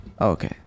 okay